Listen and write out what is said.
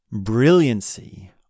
brilliancy